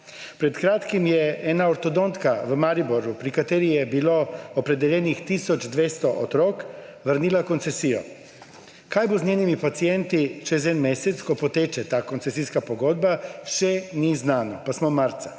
Pred kratkim je ena ortodontka v Mariboru, pri kateri je bilo opredeljenih tisoč 200 otrok, vrnila koncesijo. Kaj bo z njenimi pacienti čez en mesec, ko poteče ta koncesijska pogodba, še ni znano, pa smo marca.